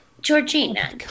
Georgina